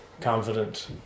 confident